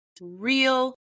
real